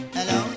Hello